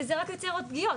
וזה רק יוצר עוד פגיעות.